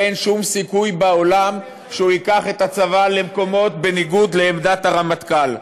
ואין שום סיכוי בעולם שהוא ייקח את הצבא למקומות בניגוד לעמדת הרמטכ"ל.